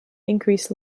increase